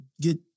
get